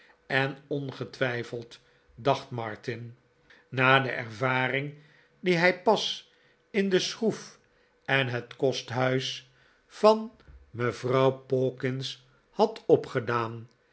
en ongetwijfeld dacht martin ha de ervaring die hij pas maarten chuzzlewit in de schroef en het kosthuis van mevrouw pawkins had opgedaan